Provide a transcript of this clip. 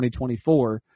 2024